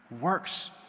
works